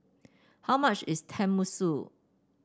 how much is Tenmusu